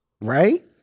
Right